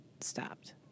stopped